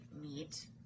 meat